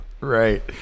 Right